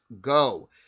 Go